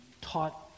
taught